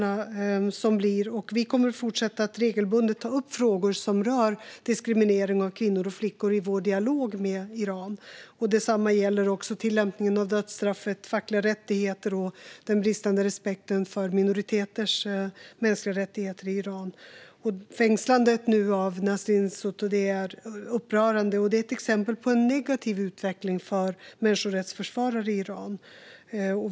Vi kommer i vår dialog med Iran att fortsätta att regelbundet ta upp frågor som rör diskriminering av kvinnor och flickor. Detsamma gäller tillämpningen av dödsstraffet, fackliga rättigheter och den bristande respekten för minoriteters mänskliga rättigheter i Iran. Fängslandet av Nasrin Sotoudeh är upprörande och ett exempel på en negativ utveckling för människorättsförsvarare i Iran.